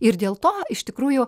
ir dėl to iš tikrųjų